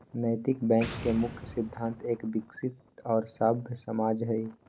नैतिक बैंक के मुख्य सिद्धान्त एक विकसित और सभ्य समाज हई